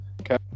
Okay